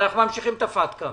אנחנו ממשיכים את הפטקא.